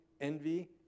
envy